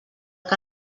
que